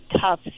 tough